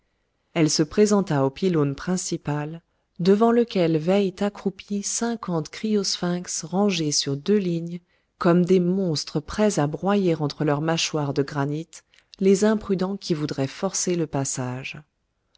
elle se présenta au pylône principal devant lequel veillent accroupis cinquante criosphinx rangés sur deux lignes comme des monstres prêts à broyer entre leurs mâchoires de granit les imprudents qui voudraient forcer le passage